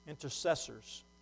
intercessors